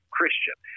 Christian